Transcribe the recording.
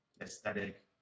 aesthetic